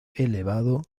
elevado